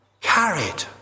carried